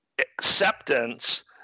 acceptance